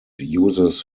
uses